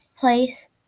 place